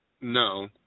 No